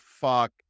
fuck